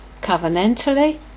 covenantally